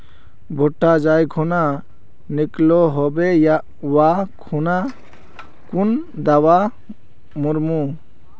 भुट्टा जाई खुना निकलो होबे वा खुना कुन दावा मार्मु?